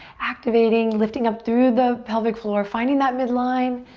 activating, lifting up through the pelvic floor, finding that midline.